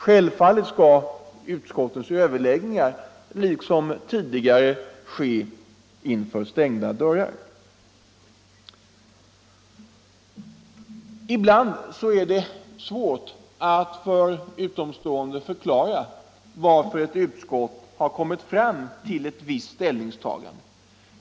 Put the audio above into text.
Självfallet skall utskottens överläggningar liksom tidigare ske inom stängda dörrar. Ibland är det svårt att för utomstående förklara varför ett utskott har kommit fram till ett visst ställningstagande.